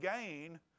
gain